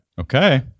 Okay